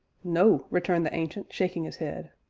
no, returned the ancient, shaking his head,